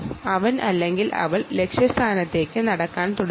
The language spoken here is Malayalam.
അവൻ ലക്ഷ്യസ്ഥാനത്തേക്ക് നടക്കാൻ തുടങ്ങുന്നു